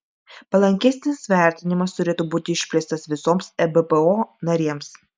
palankesnis vertinimas turėtų būti išplėstas visoms ebpo narėms